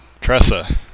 Tressa